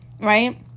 right